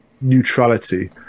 neutrality